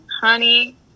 honey